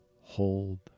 hold